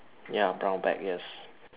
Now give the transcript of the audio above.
ya brown bag yes